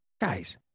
guys